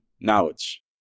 knowledge